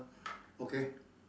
okay